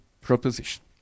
proposition